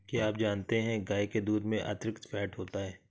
क्या आप जानते है गाय के दूध में अतिरिक्त फैट होता है